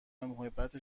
محبت